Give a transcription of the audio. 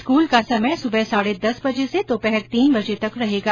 school का समय सुबह साढे दस से दोपहर तीन बजे तक रहेगा